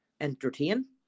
entertain